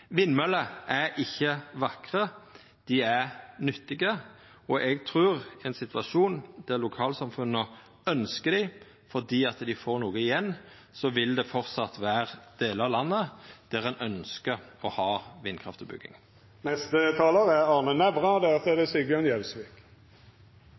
Det skapar ikkje truverd. Vindmøller er ikkje vakre, dei er nyttige, og eg trur at i ein situasjon der lokalsamfunnet ønskjer dei fordi dei får noko igjen, vil det fortsatt vera delar av landet der ein ønskjer å ha